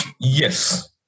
Yes